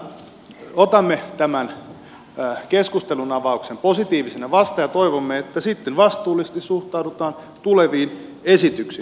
mutta otamme tämän keskustelunavauksen positiivisena vastaan ja toivomme että sitten vastuullisesti suhtaudutaan tuleviin esityksiin